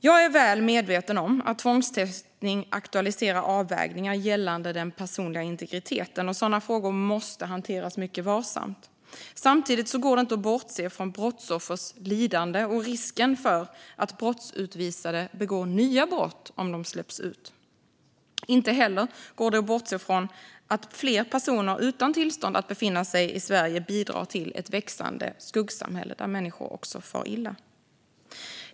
Jag är väl medveten om att tvångstestning aktualiserar avvägningar gällande den personliga integriteten, och sådana frågor måste hanteras mycket varsamt. Samtidigt går det inte att bortse från brottsoffers lidande eller risken för att brottsutvisade begår nya brott om de släpps ut. Inte heller går det att bortse från att fler personer utan tillstånd att befinna sig i Sverige bidrar till ett växande skuggsamhälle där människor far illa.